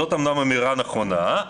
זאת אמנם אמירה נכונה,